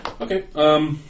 Okay